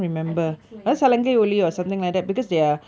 I think so yes yes ya ya